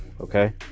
Okay